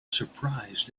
surprised